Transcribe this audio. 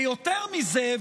ויותר מזה,